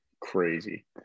crazy